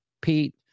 Pete